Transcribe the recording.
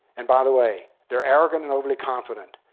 and by the way they are arrogant and overly confident.